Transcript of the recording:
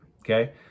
Okay